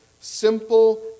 simple